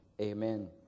amen